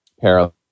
parallel